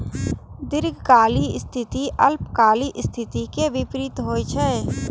दीर्घकालिक स्थिति अल्पकालिक स्थिति के विपरीत होइ छै